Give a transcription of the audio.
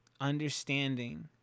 understanding